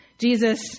Jesus